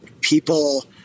people